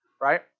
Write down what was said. Right